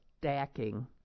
stacking